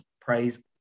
praise